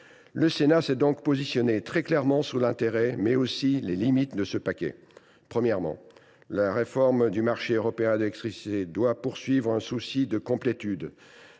Le Sénat s’est donc positionné très clairement sur l’intérêt, mais aussi sur les limites de ce paquet. Premièrement, la réforme du marché européen de l’électricité doit respecter le principe de complétude.